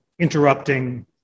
interrupting